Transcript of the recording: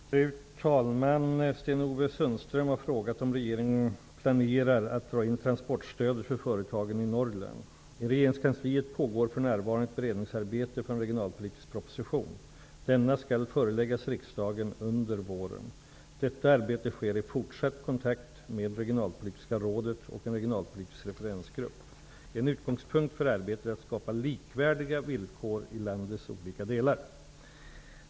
Fru talman! Sten-Ove Sundström har frågat om regeringen planerar att dra in transportstödet för företagen i Norrland. I regeringskansliet pågår för närvarande ett beredningsarbete för en regionalpolitisk proposition. Denna skall föreläggas riksdagen under våren. Detta arbete sker i fortsatt kontakt med det regionalpolitiska rådet och med en regionalpolitisk referensgrupp. En utgångspunkt för arbetet är att skapa likvärdiga villkor i landets olika delar.